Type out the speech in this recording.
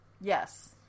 Yes